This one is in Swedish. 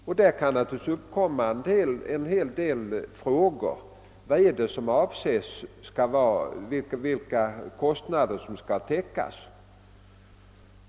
Därvid kan det naturligtvis uppkomma en hel del frågor, t.ex. beträffande vilka kostnader som skall täckas.